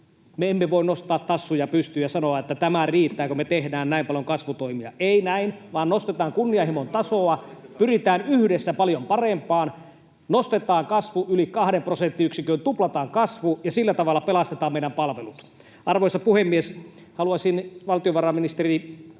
emme voi nostaa tassuja pystyyn ja sanoa, että ”tämä riittää, kun me tehdään näin paljon kasvutoimia”. Ei näin, vaan nostetaan kunnianhimon tasoa, pyritään yhdessä paljon parempaan. Nostetaan kasvu yli kahden prosenttiyksikön, tuplataan kasvu, ja sillä tavalla pelastetaan meidän palvelut. Arvoisa puhemies! Haluaisin valtiovarainministeri